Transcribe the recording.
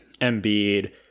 Embiid